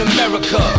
America